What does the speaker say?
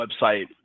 website